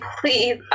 please